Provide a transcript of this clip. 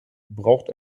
braucht